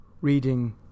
reading